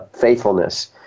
faithfulness